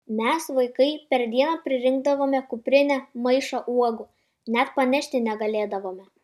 mes vaikai per dieną pririnkdavome kuprinę maišą uogų net panešti negalėdavome